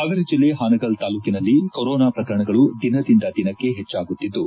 ಹಾವೇರಿ ಜಿಲ್ಲೆ ಹಾನಗಲ್ ತಾಲ್ಲೂಕಿನಲ್ಲಿ ಕೊರೊನಾ ಶ್ರಕರಣಗಳು ದಿನದಿಂದ ದಿನಕ್ಕೆ ಹೆಚ್ಚಾಗುತ್ತಿದ್ದು